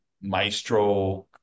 maestro